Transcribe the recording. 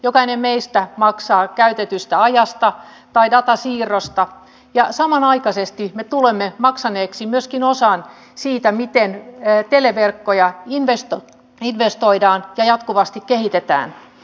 jokainen meistä maksaa käytetystä ajasta tai datasiirrosta ja samanaikaisesti me tulemme maksaneeksi myöskin osan siitä miten televerkkoja investoidaan ja jatkuvasti kehitetään